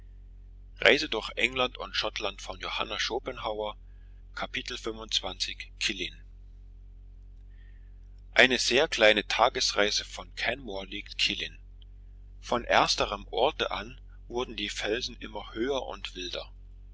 killin eine sehr kleine tagesreise von kenmore liegt killin von ersterem orte an wurden die felsen immer höher und wilder